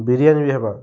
ବିରିୟାନୀ ବି ହେବା